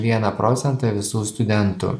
vieną procentą visų studentų